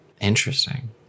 Interesting